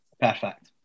Perfect